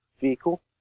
vehicle